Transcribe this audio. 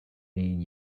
mean